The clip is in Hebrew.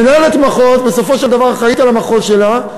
מנהלת מחוז בסופו של דבר אחראית למחוז שלה,